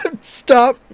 Stop